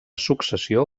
successió